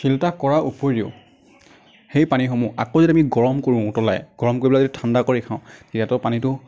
filter কৰাৰ উপৰিও সেই পানীসমূহ আকৌ যদি আমি গৰম কৰোঁ উতলাই গৰম কৰি পেলাই যদি ঠাণ্ডা কৰি খাওঁ তেতিয়াতো পানীটো